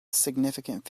significant